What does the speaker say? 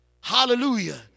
Hallelujah